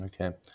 okay